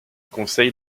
conseille